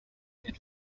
can